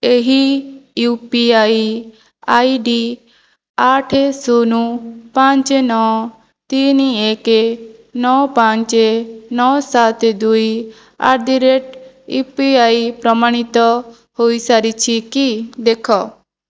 ଏହି U P I I D ଆଠ ଶୂନ ପାଞ୍ଚ ନଅ ତିନି ଏକ ନଅ ପାଞ୍ଚ ନଅ ସାତ ଦୁଇ at the rate U P I ପ୍ରମାଣିତ ହୋଇସାରିଛି କି ଦେଖ